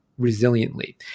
resiliently